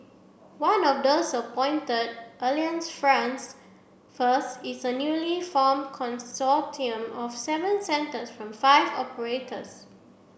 one of those appointed alliance friends first is a newly formed consortium of seven centres from five operators